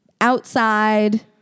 outside